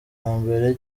mbere